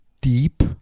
deep